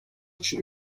için